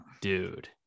Dude